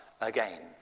again